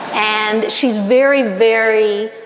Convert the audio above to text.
and she's very, very